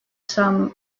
some